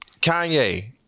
Kanye